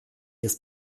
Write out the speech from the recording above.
ist